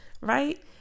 right